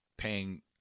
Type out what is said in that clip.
paying